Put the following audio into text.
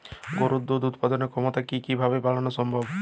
গরুর দুধ উৎপাদনের ক্ষমতা কি কি ভাবে বাড়ানো সম্ভব?